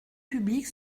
public